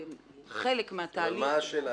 שחלק מן התהליך --- מה השאלה?